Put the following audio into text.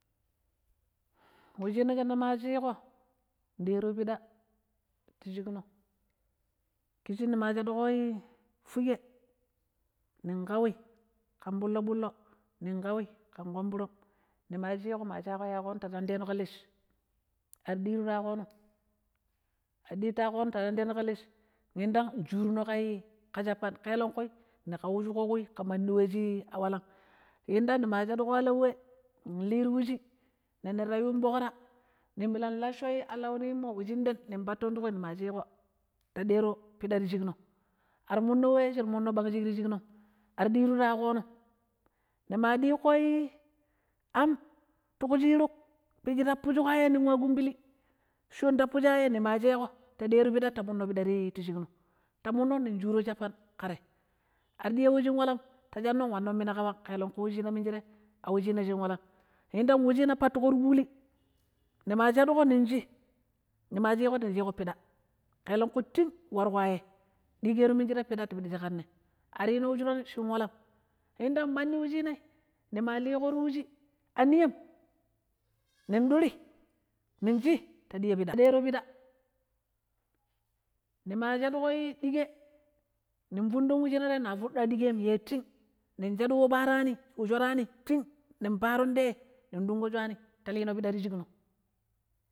﻿Wu shina ngama ma shiƙo nɗero pida ti shikno ƙishii nima shaɗuƙo fuge nin ƙawi ƙan ɓullo-ɓullo nin ƙauwi ƙan ƙonburom nima shiƙo ma shaƙo yaƙono ta nandeno ƙalesh, ar ɗiru ta yaƙonom ar ɗiru ta yaƙonom ta nante no ƙa leech, indang njuru no ka shapan ƙelengƙu ni ƙaushuƙo ƙa we shaa walam, yindang nima shaduƙo alauwe nin lii ti wuji nanna ta yun ɓokra nin ɓirag lassho alau nimmo patton ti ƙu shin den nin patton tuku we shin den nima shiƙota dero pida ti shikno armuno we shira munno ɓang ti shiknom ar ɗiru ta aƙonom, nima diƙƙo amtu shiruƙ piɗi shi tapushua yei non wa kumɓili shon tapushayei nima sheko ta ɗero pida ta monno piɗa ti shikno ta munno nin shuro shapan ƙa tei ar dero we shin walam ta shanno nwanon mina an ƙawang kelengƙu wushina minje a wuchina shin walam yindang wichina pattuƙo ti kuli nima shaduƙo ning chii ni ma chiƙo ta ɗero pida kelengku ting riƙo yei ɗiƙero minjire piɗa ti puɗishi ƙanne, ari yino we shuran shin walam yindang mandi we shina nima liƙo ti wushi nin ɗuri ning chi ta ɗero piɗa nima shaduƙo ɗikee nin futon wushina tei na fudua ɗikeem ta ting wu shurani yei ting nin shi ta ɗero piɗati shiƙno.